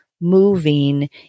Moving